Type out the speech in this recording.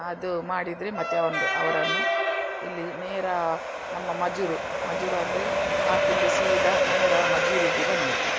ಆದು ಮಾಡಿದರೆ ಮತ್ತೆ ಒಂದು ಅವರನ್ನು ಇಲ್ಲಿ ನೇರ ನಮ್ಮ ಮಜುರು ಮಜುರು ಅಂದರೆ ಕಾಪುಯಿಂದ ಸೀದ ನೇರ ಮಜುರುಗೆ ಬನ್ನಿ